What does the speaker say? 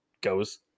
goes